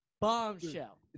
Bombshell